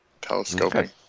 telescoping